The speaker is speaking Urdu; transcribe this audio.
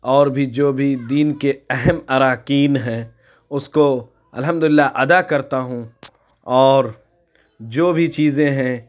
اور بھی جو بھی دین کے اہم ارکان ہیں اُس کو الحمد اللہ ادا کرتا ہوں اور جو بھی چیزیں ہیں